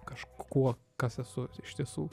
kažkuo kas esu iš tiesų